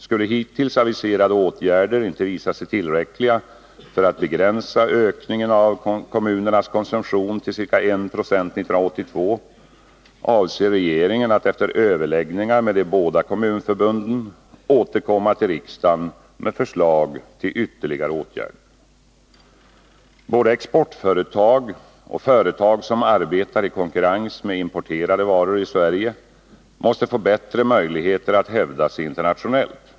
Skulle hittills aviserade åtgärder inte visa sig tillräckliga för att begränsa ökningen av kommunernas konsumtion till ca 1 90 1982, avser regeringen att efter överläggningar med de båda kommunförbunden återkomma till riksdagen med förslag till ytterligare åtgärder. Både exportföretag och företag som arbetar i konkurrens med importerade varor i Sverige måste få bättre möjligheter att hävda sig internationellt.